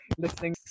listening